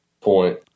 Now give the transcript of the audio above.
point